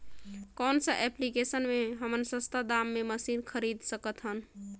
कौन सा एप्लिकेशन मे हमन सस्ता दाम मे मशीन खरीद सकत हन?